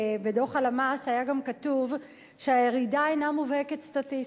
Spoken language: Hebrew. שבדוח הלמ"ס היה גם כתוב שהירידה אינה מובהקת סטטיסטית.